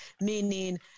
meaning